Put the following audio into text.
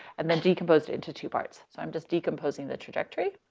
and then decomposed into two parts. so i'm just decomposing the trajectory.